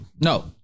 No